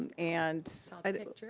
and a picture?